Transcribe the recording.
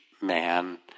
man